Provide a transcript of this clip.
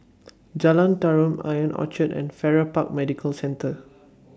Jalan Tarum Ion Orchard and Farrer Park Medical Centre